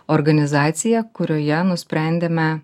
organizaciją kurioje nusprendėme